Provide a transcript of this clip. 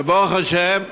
וברוך השם,